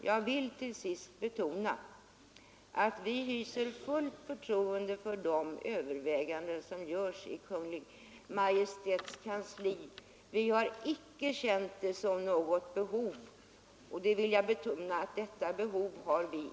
Jag vill till sist betona att vi hyser fullt förtroende för de överväganden som görs i Kungl. Maj:ts kansli.